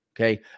Okay